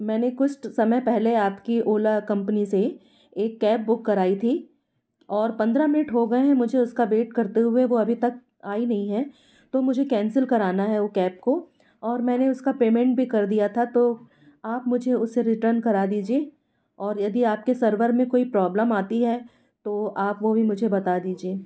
मैंने कुछ समय पहले आपकी ओला कंपनी से एक कैब बुक कराई थी और पन्द्रह मिन्ट हो गए मुझे उसका वेट करते हुए वो अभी तक आई नहीं है तो मुझे कैंसिल करना है वो कैब को और मैंने उसका पेमेंट भी कर दिया था तो आप मुझे उसे रिटर्न करा दीजिए और यदि आपके सर्वर में कोई प्रॉब्लम आती है तो आप वो भी मुझे बता दीजिए